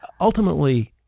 ultimately